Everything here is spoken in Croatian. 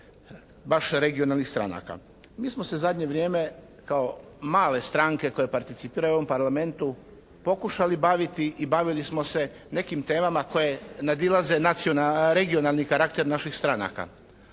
baš regionalnih stranaka. Mi smo se zadnje vrijeme kao male stranke koje participiraju u ovom Parlamentu pokušali baviti i bavili smo se nekim temama koje nadilaze regionalni karakter naših stranaka.